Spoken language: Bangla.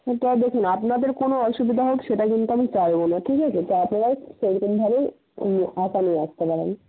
সেটা দেখুন আপনাদের কোনও অসুবিধা হোক সেটা কিন্তু আমি চাইব না ঠিক আছে তো আপনারাও সেইরকমভাবেই আশা নিয়ে আসতে পারেন